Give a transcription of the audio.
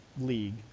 league